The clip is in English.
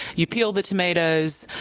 you peel the tomatoes,